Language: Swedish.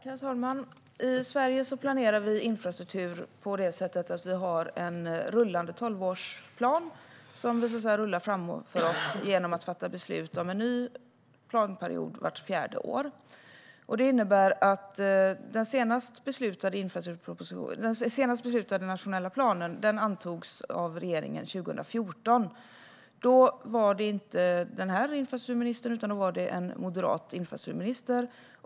Herr talman! I Sverige planerar vi infrastruktur på det sättet att vi har en rullande tolvårsplan, som vi så att säga rullar framför oss genom att vi fattar beslut om en ny planperiod vart fjärde år. Den senast beslutade nationella planen antogs av regeringen 2014. Då var det inte den här infrastrukturministern utan en moderat infrastrukturminister.